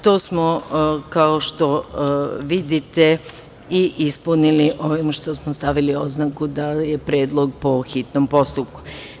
To smo, kao što vidite, i ispunili ovim što smo stavili oznaku da je predlog po hitnom postupku.